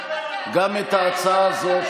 גם את ההצעה הזו,